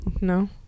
No